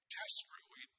desperately